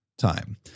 time